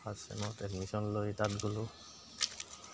first ছেমত admission লৈ তাত গ'লোঁ